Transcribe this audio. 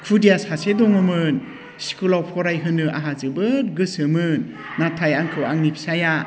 खुदिया सासे दङमोन स्कुलाव फरायहोनो आंहा जोबोद गोसोमोन नाथाय आंखौ आंनि फिसायआ